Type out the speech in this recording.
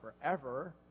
forever